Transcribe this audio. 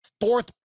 fourth